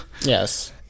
Yes